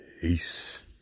Peace